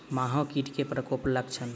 माहो कीट केँ प्रकोपक लक्षण?